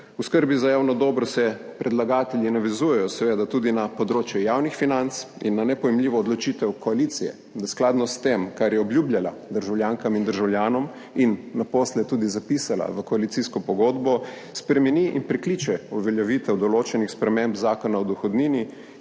V skrbi za javno dobro se predlagatelji navezujejo seveda tudi na področje javnih financ in na nepojmljivo odločitev koalicije, da skladno s tem, kar je obljubljala državljankam in državljanom in naposled tudi zapisala v koalicijsko pogodbo, spremeni in prekliče uveljavitev določenih sprememb Zakona o dohodnini,